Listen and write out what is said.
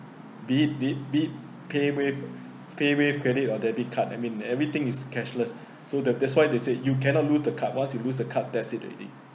be it be it be it paywave uh paywave credit or debit card I mean everything is cashless so that that's why they say you cannot lose the card once you lose the card that's it already